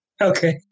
Okay